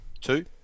Two